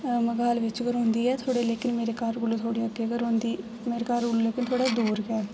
अ मगाल बिच गै रौह्ंदी ऐ लेकिन मेरे घर कोला थोह्डे़ अग्गें गै रौह्ंदी ऐ मेरे घर कोला थोह्डे़ दूर गै